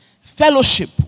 Fellowship